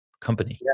company